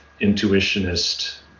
intuitionist